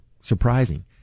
surprising